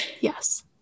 yes